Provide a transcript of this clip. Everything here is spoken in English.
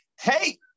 Hey